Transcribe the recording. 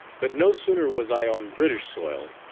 but no sooner was i on british soil,